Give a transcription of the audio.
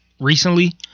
recently